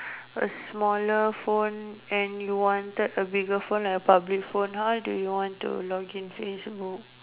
a smaller phone and you wanted a bigger phone a public phone how do you want to log in Facebook